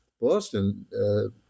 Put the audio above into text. Boston